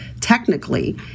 technically